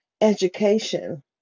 education